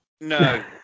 No